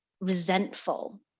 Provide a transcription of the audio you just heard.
resentful